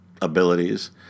abilities